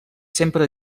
sempre